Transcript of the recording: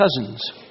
cousins